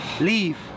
Leave